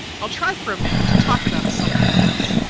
i'll try for a minute to talk about something else.